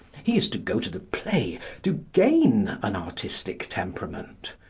he is to go to the play to gain an artistic temperament.